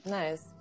nice